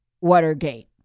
Watergate